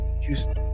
Houston